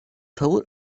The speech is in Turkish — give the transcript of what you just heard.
tavır